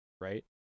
right